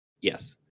Yes